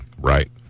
Right